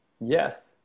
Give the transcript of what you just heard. yes